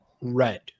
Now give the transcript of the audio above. red